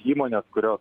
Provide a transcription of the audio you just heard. įmonės kurios